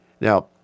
Now